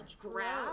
grab